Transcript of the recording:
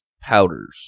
powders